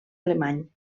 alemany